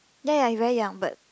ya ya he very young but